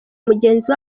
mugenzi